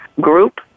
group